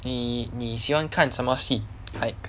你你喜欢看什么戏 like